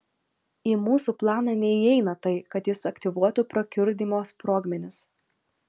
į mūsų planą neįeina tai kad jis aktyvuotų prakiurdymo sprogmenis